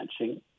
matching